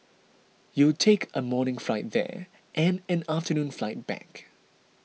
you'll take a morning flight there and an afternoon flight back